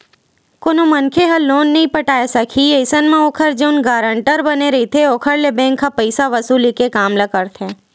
कोनो मनखे ह लोन नइ पटाय सकही अइसन म ओखर जउन गारंटर बने रहिथे ओखर ले बेंक ह पइसा वसूली के काम ल करथे